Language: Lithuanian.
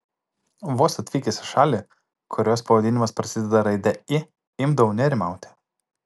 vos atvykęs į šalį kurios pavadinimas prasideda raide i imdavau nerimauti